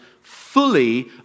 fully